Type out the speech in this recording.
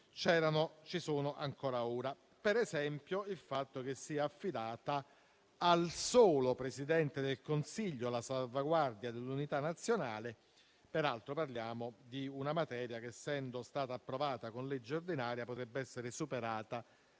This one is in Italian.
di queste è rappresentata dal fatto che sia affidata al solo Presidente del Consiglio la salvaguardia dell'unità nazionale: peraltro, parliamo di una materia che, essendo stata approvata con legge ordinaria, potrebbe essere superata